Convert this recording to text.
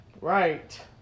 Right